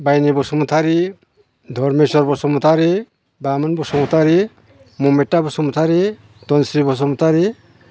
Baili Basumatary Dhameshwar Basumatary Bamon Basumatary Mamitha Basumatary Dhansri Basumatary